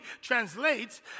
translates